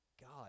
God